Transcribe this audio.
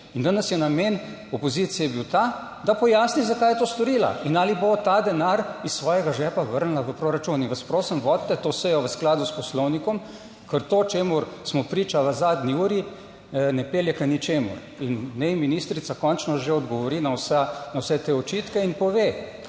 danes je namen opozicije bil ta, da pojasni zakaj je to storila in ali bo ta denar iz svojega žepa vrnila v proračun. In vas prosim vodite to sejo v skladu s Poslovnikom. Ker to, čemur smo priča v zadnji uri, ne pelje k ničemur. In naj ministrica končno že odgovori na vse te očitke in pove,